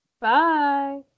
bye